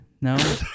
No